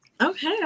Okay